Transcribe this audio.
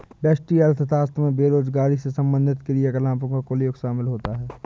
व्यष्टि अर्थशास्त्र में बेरोजगारी से संबंधित क्रियाकलापों का कुल योग शामिल होता है